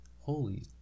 holy